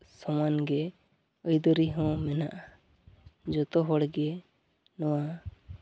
ᱥᱚᱢᱟᱱᱜᱮ ᱟᱹᱭᱫᱟᱹᱨᱤ ᱦᱚᱸ ᱢᱮᱱᱟᱜᱼᱟ ᱡᱚᱛᱚ ᱦᱚᱲᱜᱮ ᱱᱚᱣᱟ